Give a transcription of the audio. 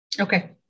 Okay